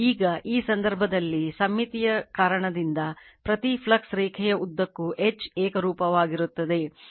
ಈಗ ಈ ಸಂದರ್ಭದಲ್ಲಿ ಸಮ್ಮಿತಿಯ ಕಾರಣದಿಂದಾಗಿ ಪ್ರತಿ ಫ್ಲಕ್ಸ್ ರೇಖೆಯ ಉದ್ದಕ್ಕೂ H ಏಕರೂಪವಾಗಿರುತ್ತದೆ